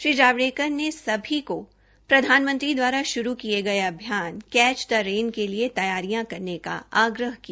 श्री जावड़ेकर ने सभी को प्रधानमंत्री द्वारा शुरू किये गये कैच दी रेन के लिए तैयारियां करने का आग्रह भी किया